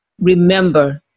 remember